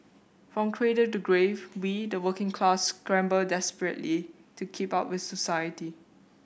from cradle to grave we the working class scramble desperately to keep up with society